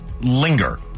linger